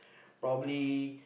probably